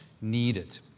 needed